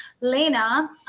Lena